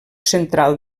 central